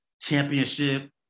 championship